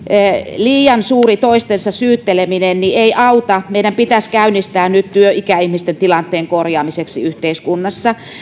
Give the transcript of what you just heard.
liian suuri toistensa syytteleminen ei auta meidän pitäisi käynnistää nyt työ ikäihmisten tilanteen korjaamiseksi yhteiskunnassa